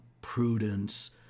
Prudence